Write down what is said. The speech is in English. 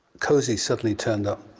cozy suddenly turned up,